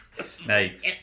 snakes